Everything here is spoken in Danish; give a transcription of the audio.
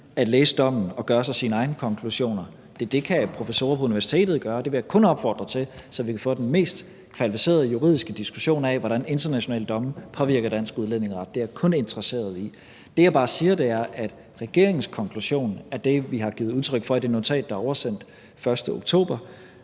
at læse dommen og gøre sig sine egne konklusioner. Det kan professorer på universitetet gøre, og det vil jeg kun opfordre til, så vi kan få den mest kvalificerede juridiske diskussion af, hvordan internationale domme påvirker dansk udlændingeret. Det er jeg kun interesseret i. Det, jeg bare siger, er, at regeringens konklusion er det, vi har givet udtryk for i det notat, der er oversendt den 1. oktober,